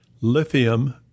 lithium